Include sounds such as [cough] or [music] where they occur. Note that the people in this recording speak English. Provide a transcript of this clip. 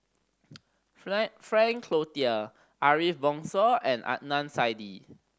[unintelligible] Frank Cloutier Ariff Bongso and Adnan Saidi